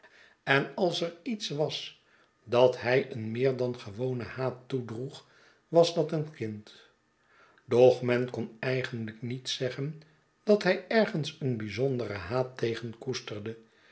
en als er iets was dat hij een meer dan gewonen haat toedroeg was dat een kind doch men kon eigenlijk niet zeggen dat hij ergens een bijzonderen haat tegen koesterde